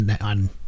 on